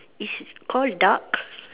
is it call duck